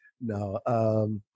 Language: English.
No